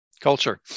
Culture